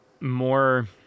more